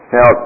Now